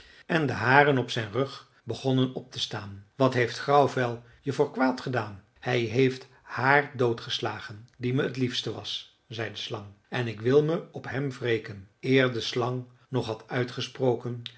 en de haren op zijn rug begonnen op te staan wat heeft grauwvel je voor kwaad gedaan hij heeft haar doodgeslagen die me het liefste was zei de slang en ik wil me op hem wreken eer de slang nog had uitgesproken